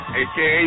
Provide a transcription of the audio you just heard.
aka